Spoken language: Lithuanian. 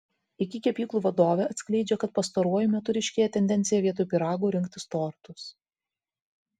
iki kepyklų vadovė atskleidžia kad pastaruoju metu ryškėja tendencija vietoj pyragų rinktis tortus